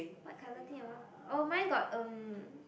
what colour think I want oh mine got um